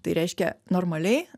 tai reiškia normaliai